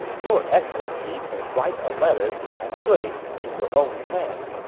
your excellency can write a letter to han sui in your own hand.